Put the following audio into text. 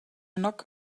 knock